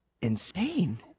insane